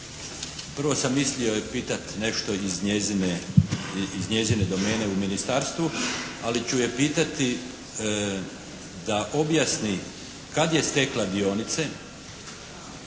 prvo sam je mislio pitati nešto iz njezine domene u ministarstvu. Ali ću je pitati da objasni kad je stekla dionice,